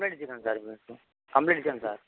complaint ఇచ్చినాను sir complaint ఇచ్చాను sir